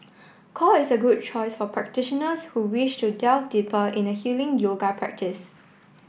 core is a good choice for practitioners who wish to delve deeper in a healing yoga practice